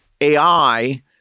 AI